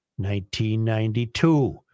1992